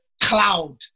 cloud